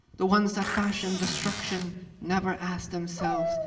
the ones that fashion destruction never ask themselves,